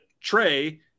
trey